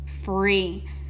free